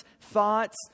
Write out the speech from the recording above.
thoughts